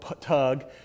tug